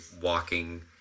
walking